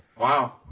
Wow